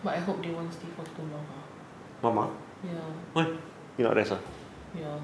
but I hope they won't stay for too long ah ya ya